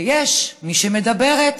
ויש מי שמדברת,